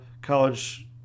college